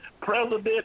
President